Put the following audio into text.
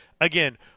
again